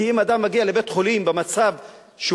כי אם אדם מגיע לבית-חולים במצב נואש,